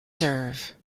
serve